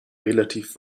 relativ